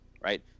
Right